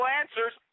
answers